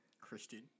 Christian